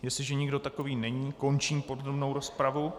Jestliže nikdo takový není, končím podrobnou rozpravu.